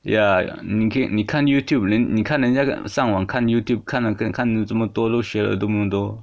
ya 你可以你看 youtube then 你看人家那个上网看 youtube 看了看了这么多都学了这么多